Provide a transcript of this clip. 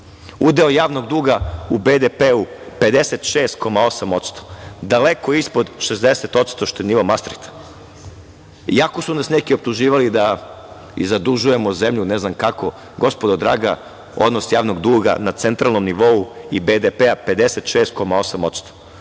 udeo javnog duga u BDP-u 56,8% daleko ispod 60% što je nivo Mastrihta i ako su nas neki optuživali da i zadužujemo zemlju, ne znam kako, gospodo draga, odnos javnog duga na centralnom nivou i BDP 56,8%